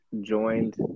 joined